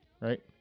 right